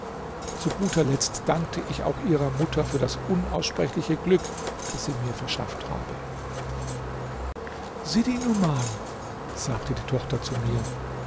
zu guter letzt dankte ich auch ihrer mutter für das unaussprechliche glück das sie mir verschafft habe sidi numan sagte die tochter zu mir